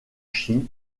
chine